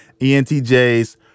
ENTJs